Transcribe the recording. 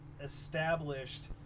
established